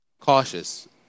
cautious